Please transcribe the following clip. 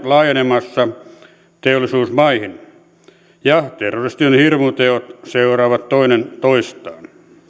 laajenemassa teollisuusmaihin ja terroristien hirmuteot seuraavat toinen toistaan